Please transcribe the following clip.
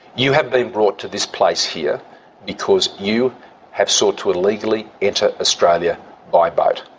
you have been brought to this place here because you have sought to illegally enter australia by boat.